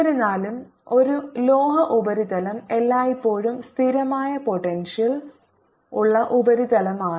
എന്നിരുന്നാലും ഒരു ലോഹ ഉപരിതലം എല്ലായ്പ്പോഴും സ്ഥിരമായ പോട്ടെൻഷ്യൽ ഉള്ള ഉപരിതലമാണ്